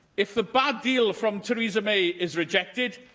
if the bad deal from theresa may is rejected,